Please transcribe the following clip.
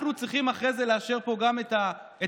אנחנו צריכים אחרי זה לאשר פה גם את הנורבגי,